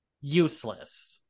useless